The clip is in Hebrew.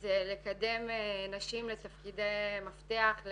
זה לקדם נשים לתפקידי מפתח,